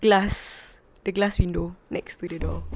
glass the glass window next to the door